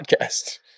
podcast